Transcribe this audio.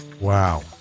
Wow